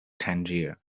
tangier